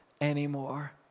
anymore